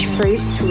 Fruits